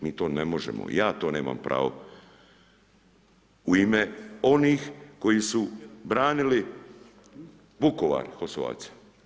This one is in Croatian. Mi to ne možemo, ja to nemam pravo, u ime onih koji su branili Vukovar, HOS-ovaca.